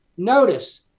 Notice